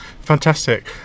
fantastic